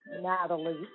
Natalie